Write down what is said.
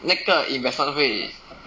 那个 investment 会